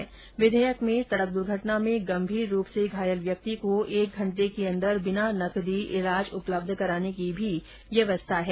इस विधेयक में सड़क द्र्घटना में गंभीर रूप से घायल व्यक्ति को एक घंटे के अंदर बिना नकदी इलाज उपलब्ध कराने की भी व्यवस्था है